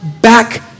Back